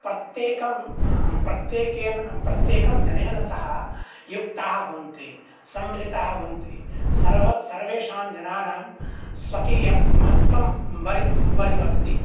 प्रत्येकं प्रत्येकेन प्रत्येकं जनेन सह युक्ताः भवन्ति सम्मिलिताः भवन्ति सर्व सर्वेषां जनानां स्वकीयं महत्त्वं वरि वरीवर्त्ति